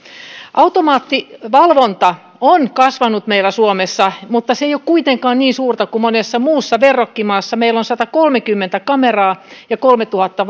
automaattivalvonta on kasvanut meillä suomessa mutta se ei ole kuitenkaan niin suurta kuin monessa muussa verrokkimaassa meillä on satakolmekymmentä kameraa ja kolmetuhatta